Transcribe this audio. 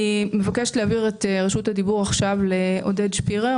אני מבקשת להעביר את רשות הדיבור לעודד שפירר,